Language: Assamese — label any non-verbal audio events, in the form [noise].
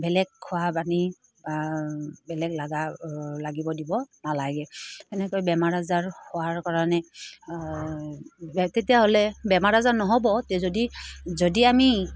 বেলেগ খোৱা পানী বা বেলেগ লগা লাগিব দিব নালাগে সেনেকৈ বেমাৰ আজাৰ হোৱাৰ কাৰণে তেতিয়াহ'লে বেমাৰ আজাৰ নহ'ব [unintelligible] যদি যদি আমি